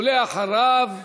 ואחריו,